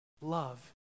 Love